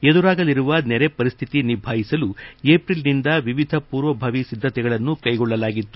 ಎದುರಾಗಲಿರುವ ನೆರೆ ಪರಿಸ್ಥಿತಿ ನಿಭಾಯಿಸಲು ಏಪ್ರಿಲ್ನಿಂದ ವಿವಿಧ ಪೂರ್ವಭಾವಿ ಸಿದ್ಧತೆಗಳನ್ನು ಕೈಗೊಳ್ಳಲಾಗಿತ್ತು